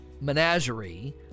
menagerie